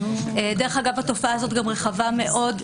התופעה הזו רחבה מאוד,